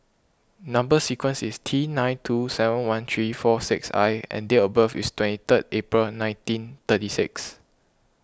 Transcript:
Number Sequence is T nine two seven one three four six I and date of birth is twenty three April nineteen thirty six